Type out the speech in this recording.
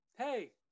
hey